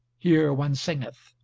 here one singeth